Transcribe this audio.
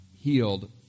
healed